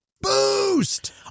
boost